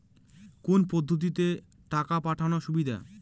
কোন পদ্ধতিতে টাকা পাঠানো সুবিধা?